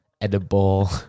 Edible